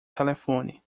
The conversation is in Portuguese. telefone